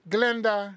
Glenda